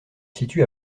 situe